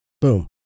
Boom